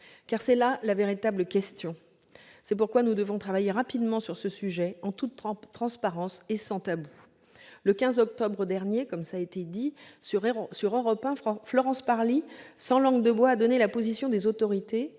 Telle est la véritable question. C'est pourquoi nous devons travailler rapidement sur ce sujet, en toute transparence et sans tabou. Le 15 octobre dernier, sur Europe 1, Florence Parly, sans langue de bois, a donné la position des autorités